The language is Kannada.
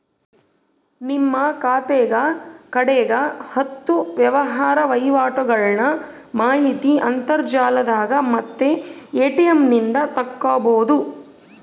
ನಿಮ್ಮ ಖಾತೆಗ ಕಡೆಗ ಹತ್ತು ವ್ಯವಹಾರ ವಹಿವಾಟುಗಳ್ನ ಮಾಹಿತಿ ಅಂತರ್ಜಾಲದಾಗ ಮತ್ತೆ ಎ.ಟಿ.ಎಂ ನಿಂದ ತಕ್ಕಬೊದು